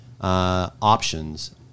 options